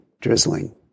drizzling